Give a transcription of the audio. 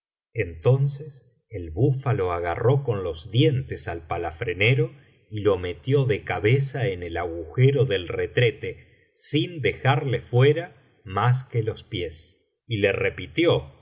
entonces el búfalo agarró con los dientes al palafranero y lo metió de cabeza en el agujero del retrete sin dejarle fuera mas que los pies y le repitió